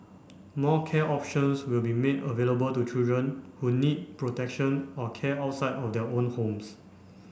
more care options will be made available to children who need protection or care outside of their own homes